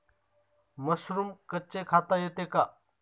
Mushroom कच्चे खाता येते का?